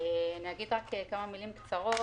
אגיד כמה מילים קצרות.